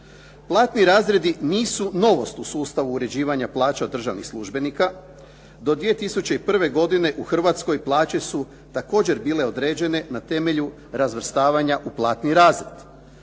Platni razredi nisu novost u sustavu uređivanja plaća državnih službenika. Do 2001. godine u Hrvatskoj plaće su također bile određene na temelju razvrstavanja u platni razred.